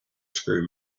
screw